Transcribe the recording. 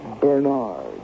Bernard